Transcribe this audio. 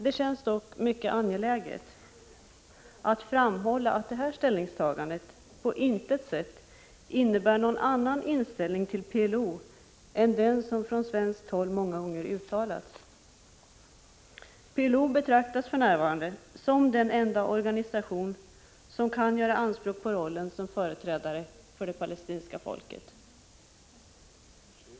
Det känns dock mycket angeläget att framhålla att detta ställningstagande på intet sätt innebär någon annan inställning till PLO än den som från svenskt håll många gånger uttalats. PLO betraktas för närvarande som den enda organisation som kan göra anspråk på rollen som företrädare för det palestinska folket.